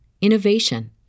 innovation